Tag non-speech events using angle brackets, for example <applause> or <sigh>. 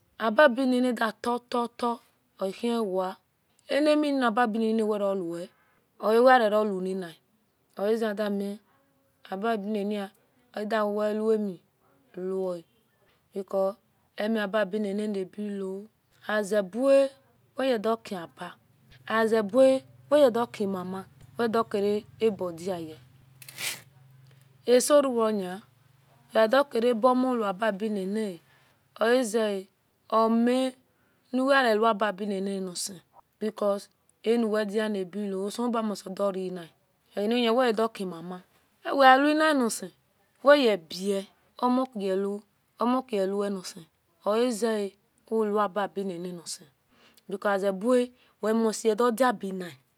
Aba bebinini dita <unintelligible> animen ababe bininwenirowe oawereo unhien ozeadime ababininiwe adiuwelume uwae because amiaba binini nabi o at ebua weyedokiaba azebua weyedoki mama wedukare abodiye <noise> asorun wedokida abomoweababinniye oazee omeuwehie woababinin nasi because aluwedia nabilo oselebua mosti doreye egeni wedoki-mama weawiya nor sin weyebie omo omokuauwa nisi oaze uwiaba binini norsi because ozebua wemostie vadudiabiya